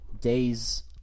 days